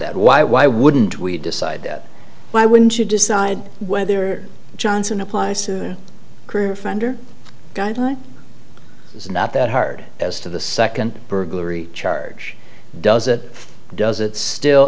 that why why wouldn't we decide that why wouldn't you decide whether johnson applies to crew or fender guideline is not that hard as to the second burglary charge does it does it still